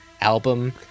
album